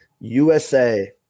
USA